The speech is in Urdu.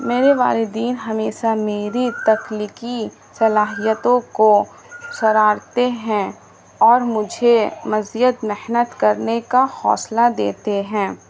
میرے والدین ہمیشہ میری تخلیقی صلاحیتوں کو سرارتے ہیں اور مجھے مزید محنت کرنے کا حوصلہ دیتے ہیں